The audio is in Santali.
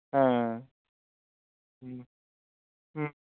ᱦᱮᱸ ᱦᱩᱸ ᱦᱩᱸ